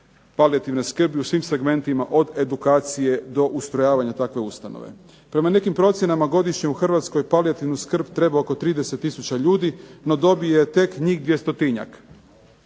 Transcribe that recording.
palijativne skrbi u svim segmentima od edukacije do ustrojavanja takve ustanove. Prema nekim procjenama godišnje u Hrvatskoj palijativnu skrb treba oko 30000 ljudi no dobije tek njih dvjestotinjak.